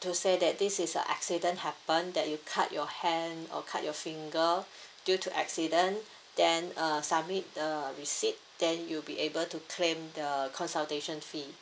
to say that this is a accident happen that you cut your hand or cut your finger due to accident then uh submit the receipt then you'll be able to claim the consultation fee